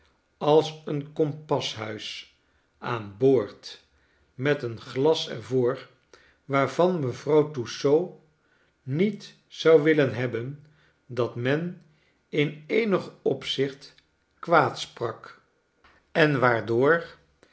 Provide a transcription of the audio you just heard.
als een kompashuis aan boord met een glas er voor waarvan mevrouw tussaud niet zou willen hebben dat men in eenig opzicht kwaadsprak en waardoor